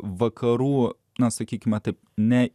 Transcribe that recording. vakarų na sakykime taip ne